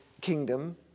kingdom